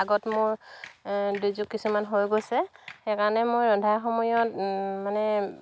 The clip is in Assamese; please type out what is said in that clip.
আগত মোৰ দুৰ্যোগ কিছুমান হৈ গৈছে সেই কাৰণে মই ৰন্ধাৰ সময়ত মানে